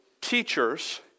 teachers